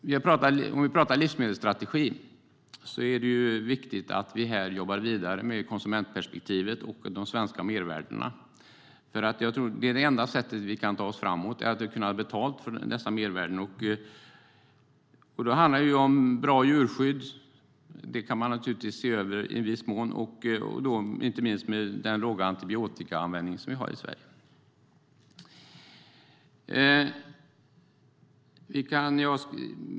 För att tala om livsmedelsstrategin är det viktigt att vi här jobbar vidare med konsumentperspektivet och de svenska mervärdena. Jag tror nämligen att det enda sättet att ta oss framåt är att kunna ta betalt för dessa mervärden. Det handlar om bra djurskydd, inte minst med den låga antibiotikaanvändningen som vi har i Sverige.